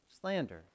slander